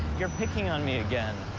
you're picking on me again.